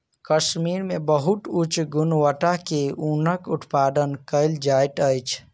कश्मीर मे बहुत उच्च गुणवत्ता के ऊनक उत्पादन कयल जाइत अछि